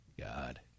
God